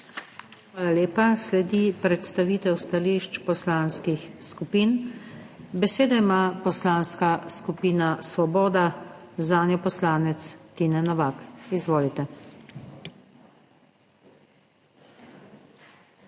Hvala lepa. Sledi predstavitev stališč poslanskih skupin. Besedo ima Poslanska skupina Svoboda, zanjo poslanec Tine Novak. Izvolite.